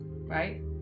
right